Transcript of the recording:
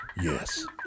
Yes